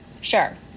Sure